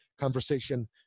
conversation